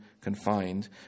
confined